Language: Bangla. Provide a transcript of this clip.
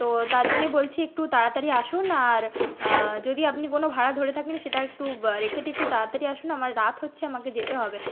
তো তার জন্যে বলছি একটু তাড়াতাড়ি আসুন আর যদি আপনি কোনও ভাড়া ধরে থাকেন সেটা একটু রেখে দিয়ে একটু তাড়াতাড়ি আসুন আমার রাত হচ্ছে আমাকে যেতে হবে